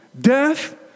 death